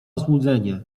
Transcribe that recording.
złudzenie